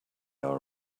all